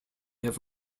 have